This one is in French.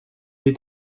est